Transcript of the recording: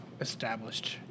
established